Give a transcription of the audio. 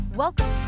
Welcome